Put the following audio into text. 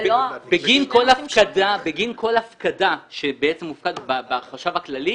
בגין כל הפקדה שמופקדת בחשב הכללי,